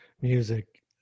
music